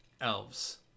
elves